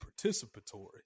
participatory